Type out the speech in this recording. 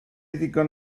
ddigon